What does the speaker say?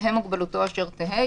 תהא מוגבלותו אשר תהא,